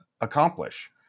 Accomplish